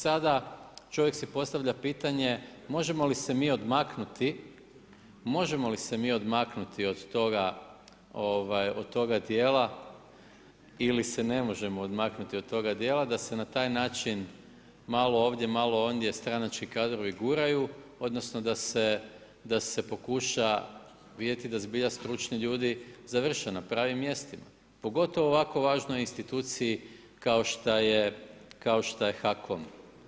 Sada čovjek si postavlja pitanje, možemo li se mi odmaknuti od toga djela ili se ne možemo odmaknuti od toga djela da se na taj način malo ovdje, malo ondje stranački kadrovi guraju, odnosno da se pokuša vidjeti da zbilja stručni ljudi završe na pravim mjestima, pogotovo u ovako važnoj instituciji kao što je HAKOM.